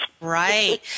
right